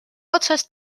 otsast